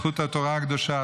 זכות התורה הקדושה,